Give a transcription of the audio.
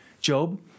Job